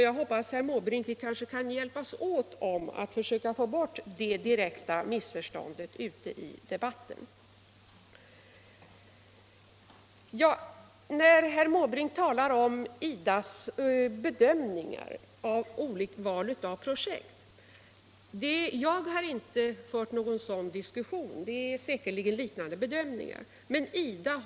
Jag hoppas, herr Måbrink, att vi skall kunna hjälpas åt att försöka få bort sådana direkta missförstånd som förekommer i den debatten. Herr Måbrink talar om IDA:s bedömningar när det gäller valet av projekt. Jag har inte fört någon sådan diskussion. Men det är säkerligen liknande bedömningar som görs.